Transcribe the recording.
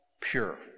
pure